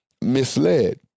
misled